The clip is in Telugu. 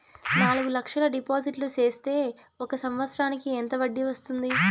నాలుగు లక్షల డిపాజిట్లు సేస్తే ఒక సంవత్సరానికి ఎంత వడ్డీ వస్తుంది?